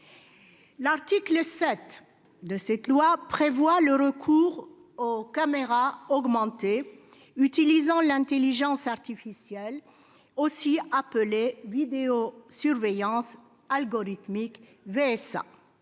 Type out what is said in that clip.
L'article 7 prévoit le recours aux caméras augmentées utilisant l'intelligence artificielle, ou vidéosurveillance algorithmique (VSA),